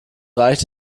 reicht